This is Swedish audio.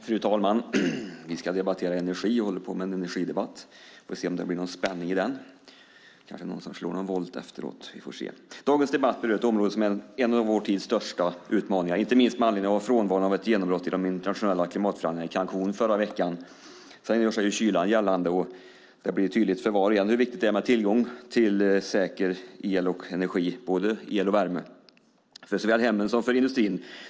Fru talman! Vi ska debattera energi. Vi får se om det blir någon spänning i energidebatten. Det är kanske någon som slår en volt efteråt. Vi får se. Dagens debatt rör ett område som är en av vår tids största utmaningar, inte minst med anledning av frånvaron av ett genombrott i de internationella klimatförhandlingarna i Cancún i förra veckan. Sedan gör sig kylan gällande, och det blir tydligt för var och en hur viktigt det är med tillgång till säker el och energi, både el och värme, för såväl hemmen som industrin.